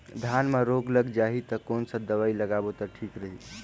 धान म रोग लग जाही ता कोन सा दवाई लगाबो ता ठीक रही?